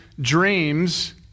dreams